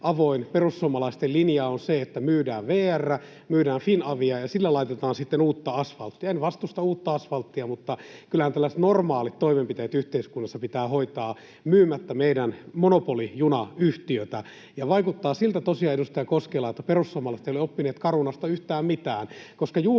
perussuomalaisten linja on se, että myydään VR, myydään Finavia ja sillä laitetaan sitten uutta asfalttia. En vastusta uutta asfalttia, mutta kyllähän tällaiset normaalit toimenpiteet yhteiskunnassa pitää hoitaa myymättä meidän monopolijunayhtiötä. Ja vaikuttaa siltä tosiaan, edustaja Koskela, että perussuomalaiset eivät ole oppineet Carunasta yhtään mitään,